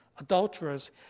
Adulterers